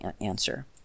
answer